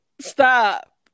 stop